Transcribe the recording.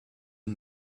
and